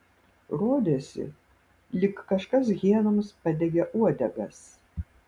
rodėsi lyg kažkas hienoms padegė uodegas